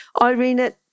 Irina